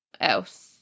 else